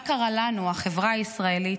מה קרה לנו, החברה הישראלית,